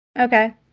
Okay